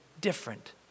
different